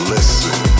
Listen